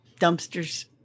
Dumpsters